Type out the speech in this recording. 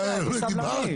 הייתי סבלני.